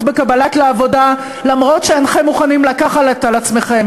בקבלה לעבודה אף-על-פי שאינכם מוכנים לקחת על עצמכם